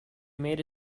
made